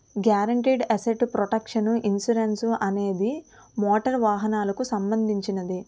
guaranteed asset protection insurance అనేది motor వాహనాలకు సంబంధించినది